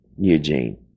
Eugene